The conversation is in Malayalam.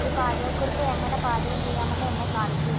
ഒരു പാചകക്കുറിപ്പ് എങ്ങനെ പാചകം ചെയ്യാമെന്ന് എന്നെ കാണിക്കൂ